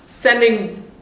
sending